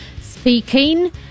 speaking